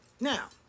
Now